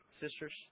sisters